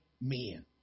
men